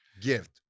gift